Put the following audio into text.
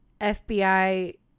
FBI